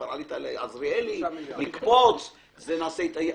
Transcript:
כבר איימת לקפוץ מעזריאלי,